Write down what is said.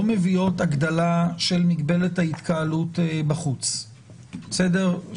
מביאות הגדלה של מגבלת ההתקהלות בחוץ שאומרת: